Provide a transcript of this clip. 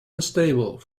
unstable